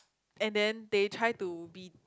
and then they try to be